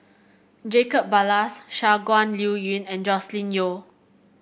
Jacob Ballas Shangguan Liuyun and Joscelin Yeo